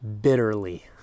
bitterly